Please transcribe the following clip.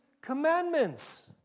commandments